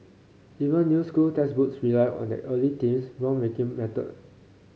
even new school textbooks rely on that early team's groundbreaking model